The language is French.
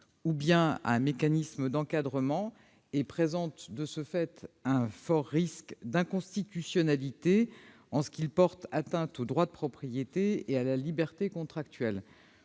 ou bien à un mécanisme d'encadrement et présentent de ce fait un fort risque d'inconstitutionnalité, en ce qu'ils portent atteinte au droit de propriété et à la liberté contractuelle.